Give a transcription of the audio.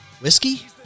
whiskey